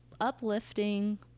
uplifting